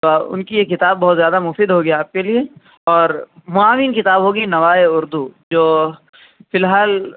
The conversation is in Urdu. تو ان کی یہ کتاب بہت زیادہ مفید ہو گی آپ کے لیے اور معاون کتاب ہوگی نوائے اردو جو فی الحال